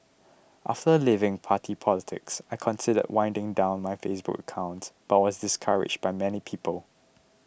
after leaving party politics I considered winding down my Facebook accounts but was discouraged by many people